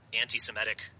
anti-Semitic